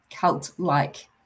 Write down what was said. cult-like